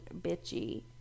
bitchy